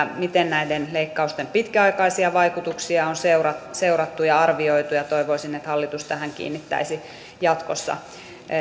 miten näiden leikkausten pitkäaikaisia vaikutuksia on seurattu seurattu ja arvioitu toivoisin että hallitus tähän kiinnittäisi jatkossa